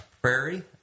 Prairie